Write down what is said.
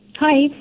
Hi